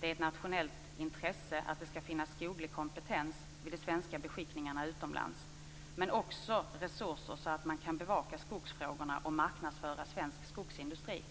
Det är ett nationellt intresse att det skall finnas skoglig kompetens vid de svenska beskickningarna utomlands, men också resurser så att man kan bevaka skogsfrågorna och marknadsföra svensk skogsindustri.